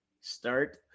start